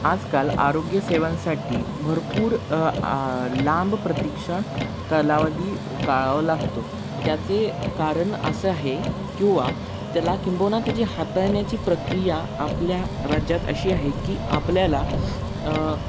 आजकाल आरोग्यसेवांसाठी भरपूर लांब प्रतीक्षा कालावधी काढावा लागतो त्याचे कारण असे आहे किंवा त्याला किंबहुना त्याची हाताळण्याची प्रक्रिया आपल्या राज्यात अशी आहे की आपल्याला